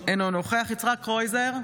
אינו נוכח יצחק קרויזר,